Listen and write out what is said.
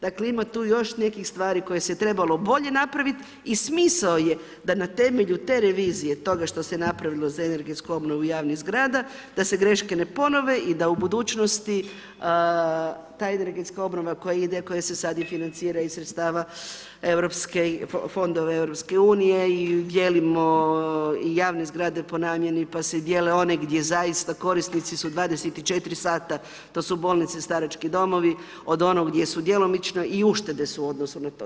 Dakle ima tu još nekih stvari koje se trebalo bolje napravit i smisao je da na temelju te revizije, toga što se napravilo za energetsku obnovu javnih zgrada, da se greške ne ponove i da u budućnosti ta energetska obnova koja ide, koja se sad i financira iz sredstava fondova EU i dijelimo javne zgrade po namjeni, pa se dijele one gdje zaista korisnici su 24h, to su bolnice, starački domovi, od onog gdje su djelomični i u štede su u odnosu na to.